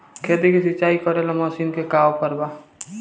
खेत के सिंचाई करेला मशीन के का ऑफर बा?